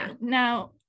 now